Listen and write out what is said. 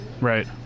Right